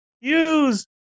use